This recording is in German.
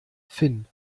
finn